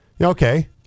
okay